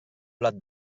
blat